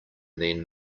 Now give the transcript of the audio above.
then